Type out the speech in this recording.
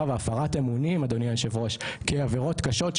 והפרת אמונים אדוני היושב ראש כעבירות קשות,